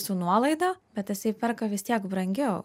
su nuolaida bet jisai perka vis tiek brangiau